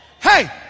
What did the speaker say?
Hey